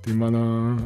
tai mano